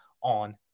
on